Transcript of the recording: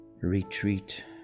retreat